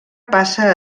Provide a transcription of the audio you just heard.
passa